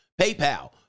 PayPal